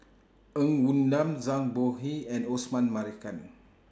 Ng Woon Lam Zhang Bohe and Osman Merican